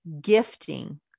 gifting